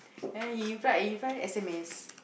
ah he reply reply S_M_S